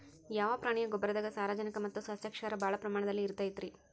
ಯಾವ ಪ್ರಾಣಿಯ ಗೊಬ್ಬರದಾಗ ಸಾರಜನಕ ಮತ್ತ ಸಸ್ಯಕ್ಷಾರ ಭಾಳ ಪ್ರಮಾಣದಲ್ಲಿ ಇರುತೈತರೇ?